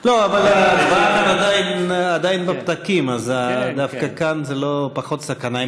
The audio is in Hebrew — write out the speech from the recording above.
ההצבעה עדיין בפתקים, אז דווקא כאן זה פחות סכנה.